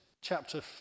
chapter